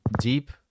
Deep